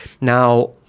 Now